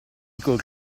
col